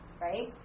right